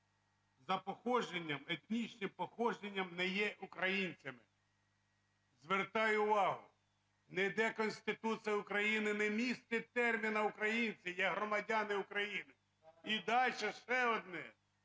етнічним походженням не є українцями". Звертаю увагу, ніде Конституція України не містить терміну "українці" - є "громадяни України". І дальше, ще одне: